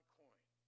coin